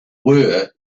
were